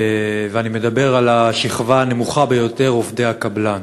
אני מדבר על השכבה הנמוכה ביותר, עובדי הקבלן.